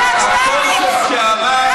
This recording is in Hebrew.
הקונספט שאמר: